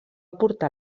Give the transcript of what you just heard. portar